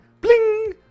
bling